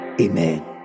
Amen